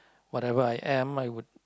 whatever I am I would